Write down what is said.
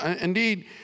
indeed